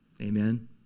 Amen